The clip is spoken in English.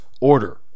order